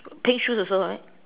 pink shoes also right